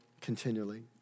continually